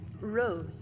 Rose